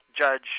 Judge